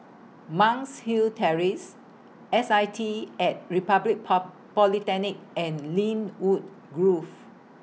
Monk's Hill Terrace S I T At Republic Polytechnic and Lynwood Grove